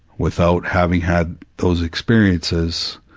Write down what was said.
without having had those experiences,